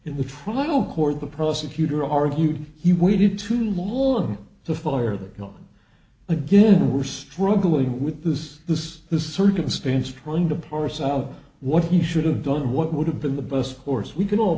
in the trial court the prosecutor argued he waited too long to fire the gun again we're struggling with this this this circumstance trying to parse out what he should have done what would have been the best course we can all